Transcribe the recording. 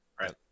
Right